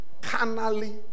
carnally